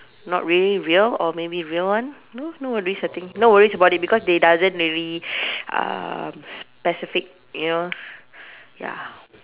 not really real or maybe real one no worries I think no worries about it because they doesn't really um specific you know ya